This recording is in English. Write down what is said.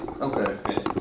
Okay